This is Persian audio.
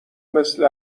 مثل